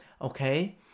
Okay